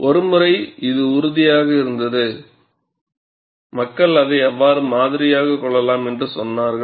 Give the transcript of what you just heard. ஒருமுறை இது உறுதியாக இருந்தது மக்கள் அதை எவ்வாறு மாதிரியாகக் கொள்ளலாம் என்று சொன்னார்கள்